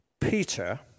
Peter